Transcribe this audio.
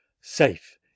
Safe